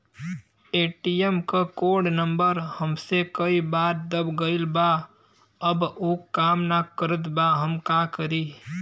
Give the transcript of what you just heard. ATM क code number हमसे कई बार दब गईल बा अब उ काम ना करत बा हम का करी?